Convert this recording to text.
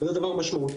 זה דבר משמעותי,